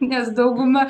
nes dauguma